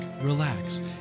relax